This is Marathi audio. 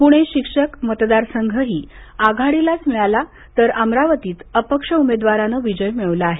पूणे शिक्षक मतदारसंघही आघाडीलाच मिळाला तर अमरावतीत अपक्ष उमेदवाराने विजय मिळवला आहे